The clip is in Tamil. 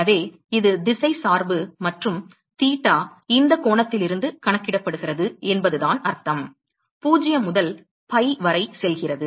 எனவே இது திசை சார்பு மற்றும் தீட்டா இந்த கோணத்தில் இருந்து கணக்கிடப்படுகிறது என்பதுதான் அர்த்தம் 0 முதல் pi வரை செல்கிறது